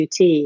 UT